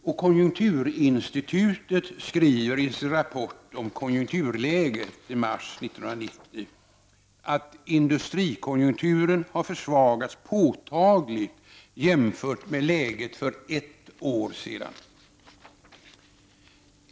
Och konjunkturinstitutet skriver i sin rapport om konjunkturläget i mars 1990, att industrikonjunkturen har försvagats påtagligt jämfört med läget för ett år sedan.